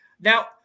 Now